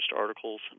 articles